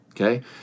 Okay